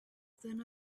then